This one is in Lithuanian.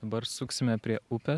dabar suksime prie upė